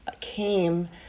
came